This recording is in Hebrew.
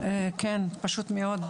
פשוט מאוד,